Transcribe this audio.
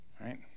Right